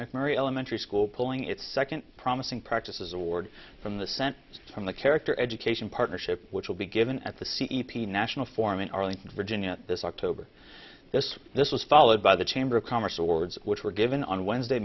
mcmurray elementary school pulling its second promising practices award from the scent from the character education partnership which will be given at the c e p national forum in arlington virginia this october this this was followed by the chamber of commerce awards which were given on wednesday